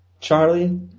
Charlie